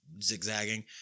zigzagging